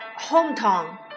Hometown